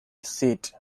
seat